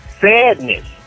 sadness